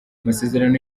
amasezerano